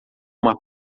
uma